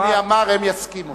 אדוני אמר, הם יסכימו.